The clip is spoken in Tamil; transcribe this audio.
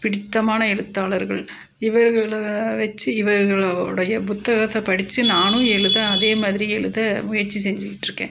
பிடித்தமான எழுத்தாளர்கள் இவர்களை வெச்சு இவர்களுடைய புத்தகத்தை படித்து நானும் எழுத அதே மாதிரி எழுத முயற்சி செஞ்சுக்கிட்ருக்கேன்